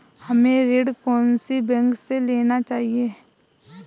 हमें ऋण कौन सी बैंक से लेना चाहिए?